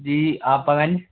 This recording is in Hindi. जी आप